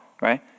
right